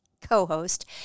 co-host